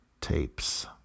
Tapes